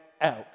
out